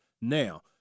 Now